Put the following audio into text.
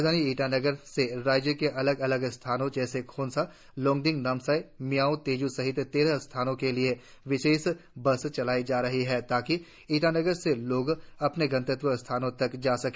राजधानी ईटानगर से राज्य के अलग अलग स्थानों जैसे खोंसा लॉगडिंग नामसाई मियायो तेजू सहित तेरह स्थानों के लिए विशेष बसे चलाई जा रही हा ताकि ईटानगर से लोग अपने गंतव्य स्थानों तक जा सके